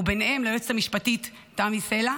ובהם ליועצת המשפטית תמי סלע,